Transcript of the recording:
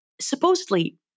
Supposedly